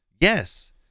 yes